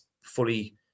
fully